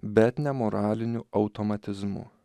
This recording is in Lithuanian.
bet ne moraliniu automatizmu